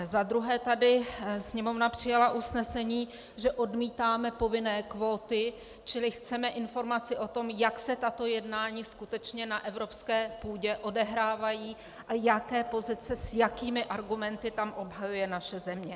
Za druhé tu Sněmovna přijala usnesení, že odmítáme povinné kvóty, čili chceme informaci o tom, jak se tato jednání skutečně na evropské půdě odehrávají a jaké pozice a s jakými argumenty tam obhajuje naše země.